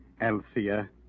Althea